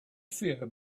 fear